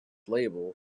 label